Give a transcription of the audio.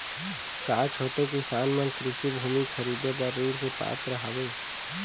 का छोटे किसान मन कृषि भूमि खरीदे बर ऋण के पात्र हवे?